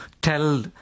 tell